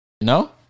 No